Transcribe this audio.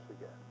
again